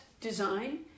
design